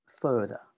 further